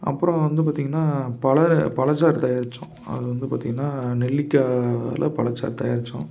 அப்புறம் வந்து பார்த்திங்கன்னா பல பழச்சாறு தயாரிச்சோம் அது வந்து பார்த்திங்கன்னா நெல்லிக்காயில பழச்சாறு தயாரித்தோம்